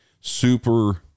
super